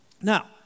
Now